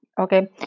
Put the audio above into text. okay